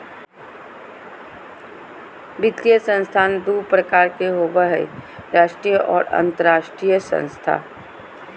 वित्तीय संस्थान दू प्रकार के होबय हय राष्ट्रीय आर अंतरराष्ट्रीय संस्थान